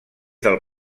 del